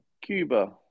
Cuba